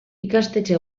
ikastetxe